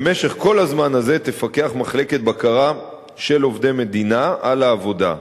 במשך כל הזמן הזה תפקח מחלקת בקרה של עובדי מדינה על העבודה.